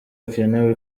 hakenewe